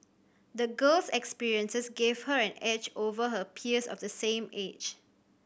the girl's experiences gave her an edge over her peers of the same age